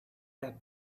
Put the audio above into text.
that